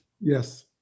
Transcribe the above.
Yes